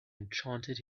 enchanted